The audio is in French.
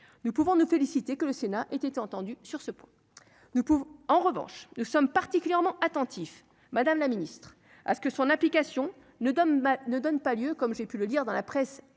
nous pouvons nous féliciter que le Sénat était entendu sur ce point, ne pouvons en revanche nous sommes particulièrement attentifs, madame la Ministre, à ce que son application ne donne ne donne pas lieu comme j'ai pu le lire dans la presse